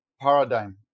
paradigm